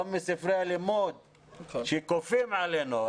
גם בספרי הלימוד שכופים עלינו,